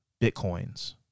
bitcoins